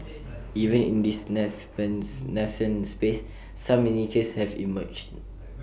even in this nascent space some niches have emerged